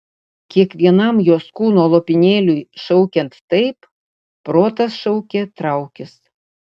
kiekvienam jos kūno lopinėliui šaukiant taip protas šaukė traukis